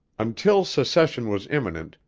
until secession was imminent,